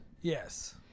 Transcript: Yes